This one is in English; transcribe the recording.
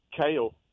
Kale